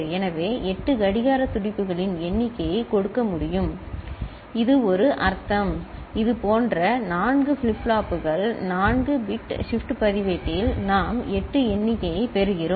எனவே இது 8 கடிகார துடிப்புகளின் எண்ணிக்கையை கொடுக்க முடியும் இது ஒரு அர்த்தம் இதுபோன்ற நான்கு ஃபிளிப் ஃப்ளாப்புகள் 4 பிட் ஷிப்ட் பதிவேட்டில் நாம் 8 எண்ணிக்கையைப் பெறுகிறோம்